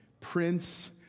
Prince